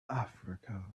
africa